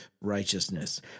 righteousness